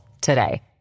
today